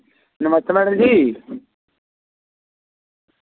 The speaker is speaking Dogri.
नमस्ते मैडम जी